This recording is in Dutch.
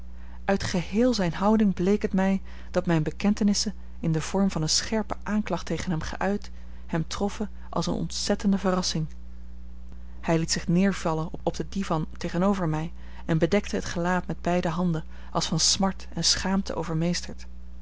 uit geheel zijne houding bleek het mij dat mijne bekentenissen in den vorm van een scherpe aanklacht tegen hem geuit hem troffen als eene ontzettende verrassing hij liet zich neervallen op den divan tegenover mij en bedekte het gelaat met beide handen als van smart en schaamte